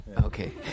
Okay